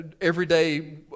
everyday